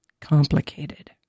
complicated